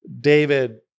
David